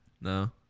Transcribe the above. No